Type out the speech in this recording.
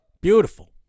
Beautiful